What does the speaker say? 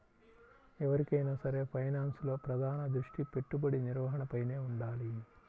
ఎవరికైనా సరే ఫైనాన్స్లో ప్రధాన దృష్టి పెట్టుబడి నిర్వహణపైనే వుండాలి